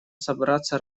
собраться